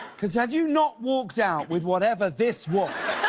because had you not walked out with whatever this was,